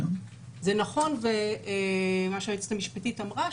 זה נכון מה שהיועצת המשפטית אמרה,